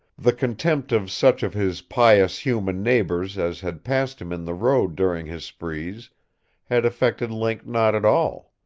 the contempt of such of his pious human neighbors as had passed him in the road during his sprees had affected link not at all.